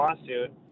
lawsuit